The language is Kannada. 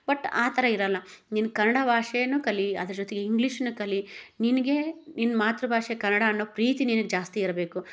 ಬಟ್ ಆ ಥರ ಇರಲ್ಲ ನೀನು ಕನ್ನಡ ಭಾಷೇನೂ ಕಲಿ ಅದ್ರ ಜೊತಿಗೆ ಇಂಗ್ಲೀಷ್ನು ಕಲಿ ನಿನಗೆ ನಿನ್ನ ಮಾತೃಭಾಷೆ ಕನ್ನಡ ಅನ್ನೋ ಪ್ರೀತಿ ನಿನಗೆ ಜಾಸ್ತಿ ಇರಬೇಕು